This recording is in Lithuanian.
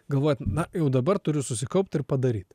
galvojot na jau dabar turiu susikaupt ir padaryt